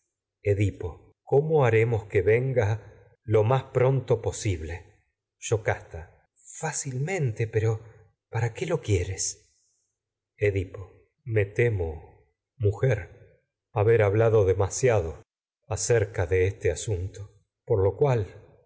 edipo cómo haremos que venga lo más pronto posible yocasta edipo fácilmente temo pero para qué lo quieres me mujer haber hablado demasiado acerca de este asunto por lo cual